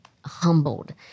humbled